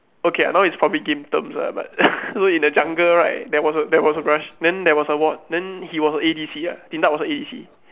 okay I know it's probably game terms ah but so in the jungle right there was a there was a brush then there was a ward then he was the A_D_C ah Din-Tat was the A_D_C